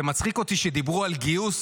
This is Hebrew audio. זה מצחיק אותי שדיברו על גיוס